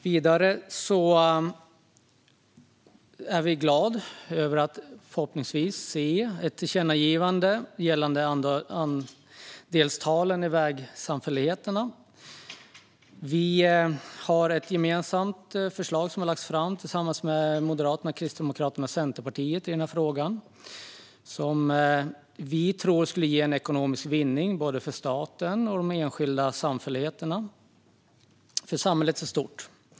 Vidare är vi glada över att förhoppningsvis få se ett tillkännagivande gällande andelstalen i vägsamfälligheterna. Vi har tillsammans med Moderaterna, Kristdemokraterna och Centerpartiet lagt fram ett förslag i den här frågan som vi tror skulle ge ekonomisk vinning för staten, de enskilda samhälligheterna och för samhället i stort.